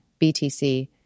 BTC